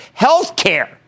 healthcare